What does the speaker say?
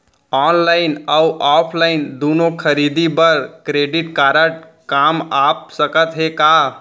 Online अऊ offline दूनो खरीदी बर क्रेडिट कारड काम आप सकत हे का?